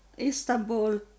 Istanbul